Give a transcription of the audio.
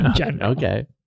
Okay